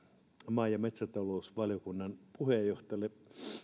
maa ja metsätalousvaliokunnan puheenjohtajalle